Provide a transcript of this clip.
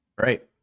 Right